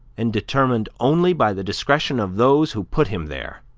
and determined only by the discretion of those who put him there